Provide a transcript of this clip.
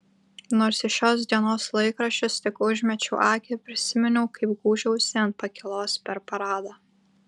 nors į šios dienos laikraščius tik užmečiau akį prisiminiau kaip gūžiausi ant pakylos per paradą